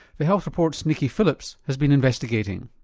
the health report's nicky phillips has been investigating.